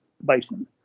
bison